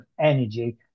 energy